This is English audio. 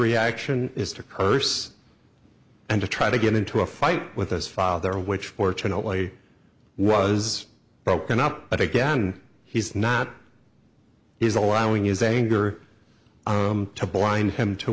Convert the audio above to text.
reaction is to curse and to try to get into a fight with us father which fortunately was broken up but again he's not is allowing his anger to blind him to